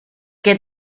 que